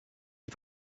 die